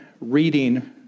reading